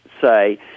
say